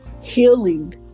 healing